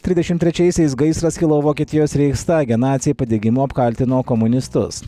trisdešimt trečiaisiais gaisras kilo vokietijos reichstage naciai padegimu apkaltino komunistus